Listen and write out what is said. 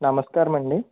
నమస్కారమండి